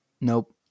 Nope